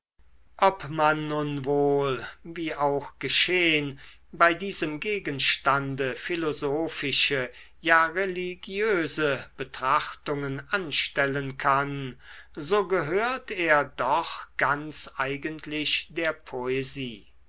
ob man nun wohl wie auch geschehn bei diesem gegenstande philosophische ja religiöse betrachtungen anstellen kann so gehört er doch ganz eigentlich der poesie